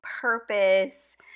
purpose